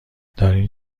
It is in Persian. دارین